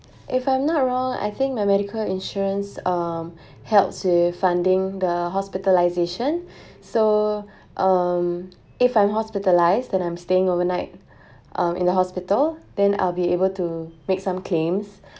if I'm not wrong I think my medical insurance um helps with funding the hospitalisation so um if I'm hospitalised and I'm staying overnight um in the hospital then I will be able to make some claims